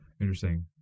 interesting